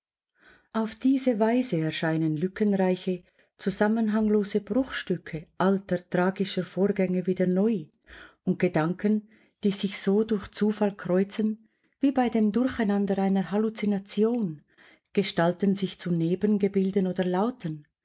auf diese weise erscheinen lückenreiche zusammenhanglose bruchstücke alter tragischer vorgänge wieder neu und gedanken die sich so durch zufall kreuzen wie bei dem durcheinander einer halluzination gestalten sich zu nebengebilden oder lauten